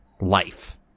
life